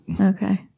Okay